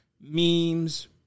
memes